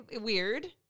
weird